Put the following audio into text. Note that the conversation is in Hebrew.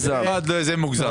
זה מוגזם.